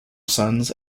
sons